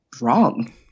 wrong